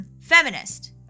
feminist